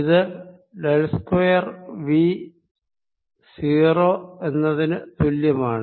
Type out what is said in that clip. ഇത് del square V 0 എന്നതിന് തുല്യമാണ്